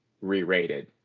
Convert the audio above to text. re-rated